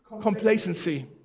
Complacency